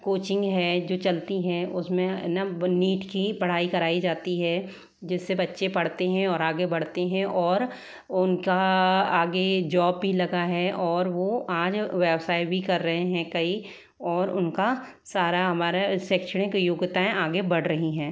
coaching है जो चलती हैं उसमें न नीट की पढ़ाई कराई जाती है जिससे बच्चे पढ़ते हैं और आगे बढ़ते हैं और उनका आगे जोब भी लगा है और वह अन्य व्यवसाय भी कर रहे हैं कई और उनका सारा हमारा शैक्षणिक योग्यताएँ आगे बढ़ रही है